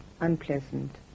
unpleasant